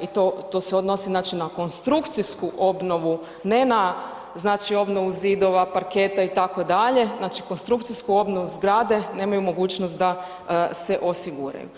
i to se odnosi na konstrukcijsku obnovu, ne na obnovu zidova, parketa itd., znači konstrukcijsku obnovu zgrade nemaju mogućnost da se osiguraju.